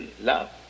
love